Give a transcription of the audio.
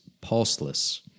pulseless